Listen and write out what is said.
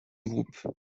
groupe